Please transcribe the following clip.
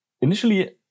Initially